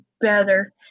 better